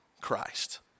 christ